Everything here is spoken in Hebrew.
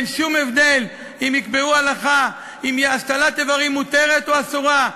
אין שום הבדל אם יקבעו הלכה אם השתלת איברים מותרת או אסורה,